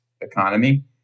economy